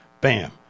Bam